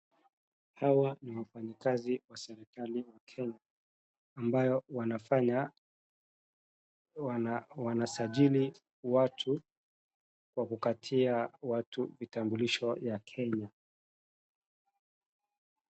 Hawa ni wafanyikazi wa serikali ya Kenya ambayo wanafanya, wanasajili watu kwa kukatia watu vitambulisho ya Kenya.